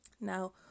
now